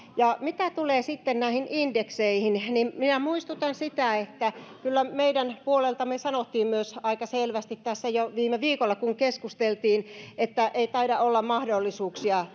mitä tulee näihin indekseihin niin minä muistutan siitä että kyllä meidän puoleltamme myös sanottiin aika selvästi jo viime viikolla kun keskusteltiin että ei taida olla mahdollisuuksia